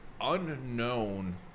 unknown